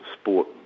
sport